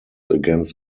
against